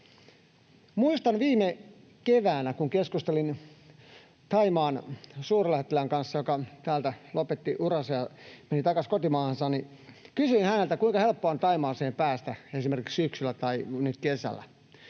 Muistan, kun viime keväänä keskustelin Thaimaan suurlähettilään kanssa, joka täällä lopetti uransa ja meni takaisin kotimaahansa. Kysyin häneltä, kuinka helppoa on päästä Thaimaahan esimerkiksi syksyllä tai nyt kesällä.